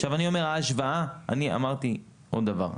עכשיו אני אומר עוד דבר,